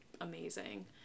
amazing